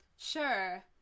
Sure